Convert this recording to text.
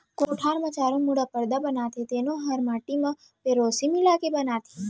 कोठार म चारों मुड़ा परदा बनाथे तेनो हर माटी म पेरौसी मिला के बनाथें